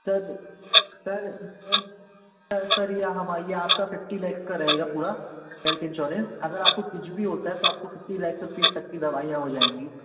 sir sir sir sir sir यह हमारे यह आपका फ़िफ़्टी लैक्स का रहेगा पूरा हेल्थ इन्श्योरेन्स अगर आपको कुछ भी होता है तो आप फ़िफ़्टी लैक्स रुपीज़ तक की दवाइयाँ हो जाएँगी